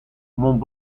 mont